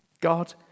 God